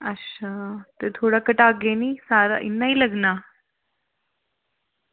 अच्छा ते थोह्ड़ा घटागे निं सारा इं'या ई लग्गना